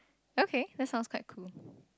okay that's sounds quite cool